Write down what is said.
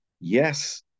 Yes